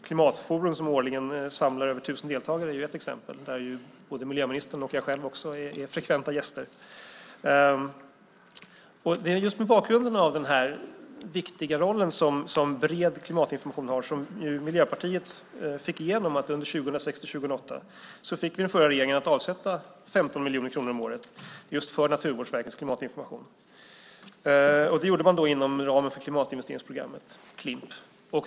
Klimatforum, som årligen samlar över 1 000 deltagare, är ett exempel. Både miljöministern och jag själv är frekventa gäster där. Det är mot bakgrund av den viktiga roll bred klimatinformation har som Miljöpartiet fick den förra regeringen att under 2006-2008 avsätta 15 miljoner kronor om året för Naturvårdsverkets klimatinformation. Det gjorde man inom ramen för Klimatinvesteringsprogrammet, Klimp.